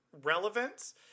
relevance